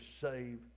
save